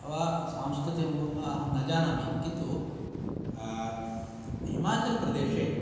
वा सांस्कृतिकं वा अहं न जानामि किन्तु हिमाचल् प्रदेशे